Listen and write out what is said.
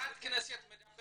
חברת הכנסת מדברת.